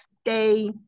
stay